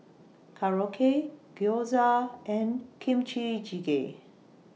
Korokke Gyoza and Kimchi Jjigae